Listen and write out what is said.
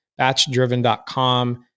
Batchdriven.com